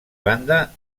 banda